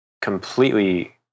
completely